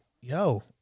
yo